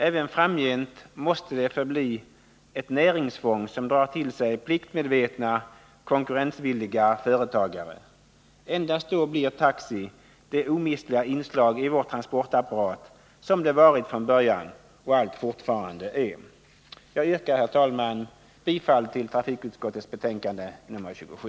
Även framgent måste det få förbli ett näringsfång som drar till sig pliktmedvetna, konkurrensvilliga företagare. Endast då blir taxi det omistliga inslag i vår transportapparat som det varit från början och fortfarande är. Jag yrkar, herr talman, bifall till utskottets hemställan i dess betänkande nr 27.